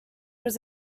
was